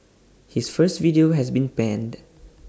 his first video has been panned